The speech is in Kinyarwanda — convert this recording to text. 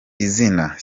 izina